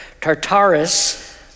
Tartarus